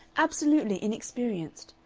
absolutely inexperienced.